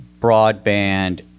broadband